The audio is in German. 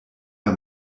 der